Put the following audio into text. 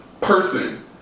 person